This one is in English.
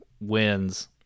wins